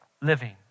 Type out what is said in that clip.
living